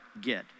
get